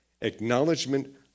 Acknowledgement